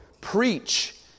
preach